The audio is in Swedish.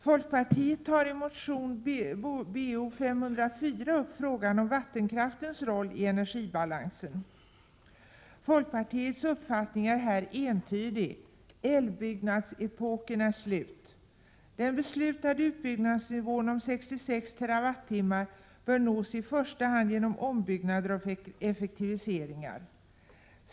Folkpartiet tar i motion Bo504 upp frågan om vattenkraftens roll i energibalansen. Folkpartiets uppfattning är här entydig: älvutbyggnadsepoken är slut. Den beslutade utbyggnadsnivån om 66 TWh bör nås i första hand genom ombyggnader och effektiviseringar.